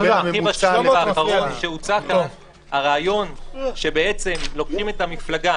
הממוצע --- הרעיון שלוקחים את המפלגה,